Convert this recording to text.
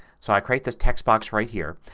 so i create this text box right here.